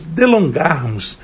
delongarmos